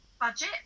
budget